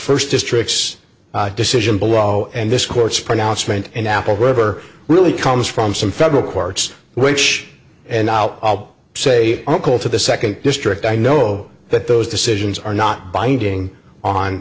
first district's decision below and this court's pronouncement in apple whoever really comes from some federal courts which and i'll say uncle to the second district i know that those decisions are not binding on